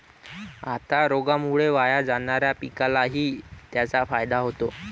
आता रोगामुळे वाया जाणाऱ्या पिकालाही त्याचा फायदा होतो